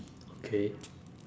okay